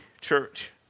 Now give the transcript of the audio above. church